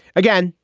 again,